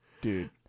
Dude